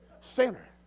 sinner